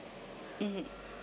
mmhmm